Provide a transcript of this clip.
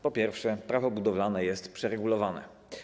Po pierwsze, Prawo budowlane jest przeregulowane.